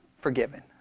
forgiven